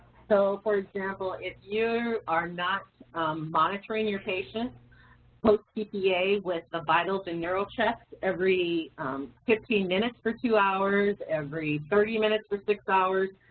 so, for example, you are not monitoring your patient post-tpa with the vitals and neurocheck every fifteen minutes for two hours, every thirty minutes for six hours,